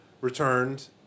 returned